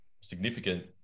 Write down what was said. significant